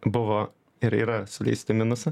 buvo ir yra sulįst į minusą